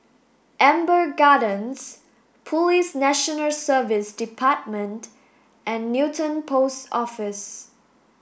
Amber Gardens Police National Service Department and Newton Post Office